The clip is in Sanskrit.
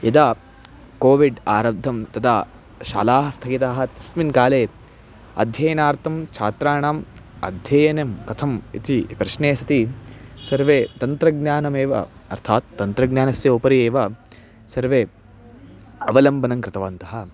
यदा कोविड् आरब्धं तदा शालाः स्थगिताः तस्मिन् काले अध्ययनार्थं छात्राणाम् अध्ययनं कथम् इति प्रश्ने सति सर्वे तन्त्रज्ञानमेव अर्थात् तन्त्रज्ञानस्य उपरि एव सर्वे अवलम्बनं कृतवन्तः